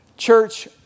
Church